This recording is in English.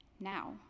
now